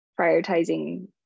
prioritizing